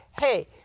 Hey